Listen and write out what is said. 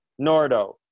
Nordo